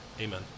Amen